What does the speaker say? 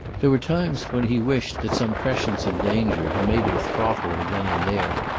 there were times when he wished that some prescience of danger had made him throttle her then and there,